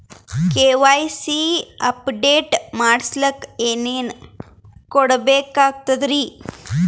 KYC update ಮಾಡಸ್ಲಕ ಏನೇನ ಕೊಡಬೇಕಾಗ್ತದ್ರಿ?